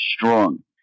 strong